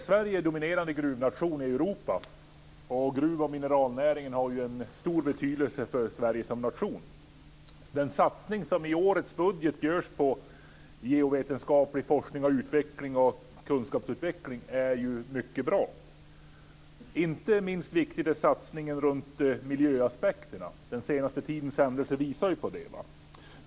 Herr talman! Jag har en fråga till statsrådet Messing. Sverige är den dominerande gruvnationen i Europa. Gruv och mineralnäringen har stor betydelse för Sverige som nation. Den satsning som i årets budget görs på geovetenskaplig forskning och utveckling samt på kunskapsutveckling är mycket bra. Inte minst viktig är satsningen i fråga om miljöaspekterna. Den senaste tidens händelser visar på detta.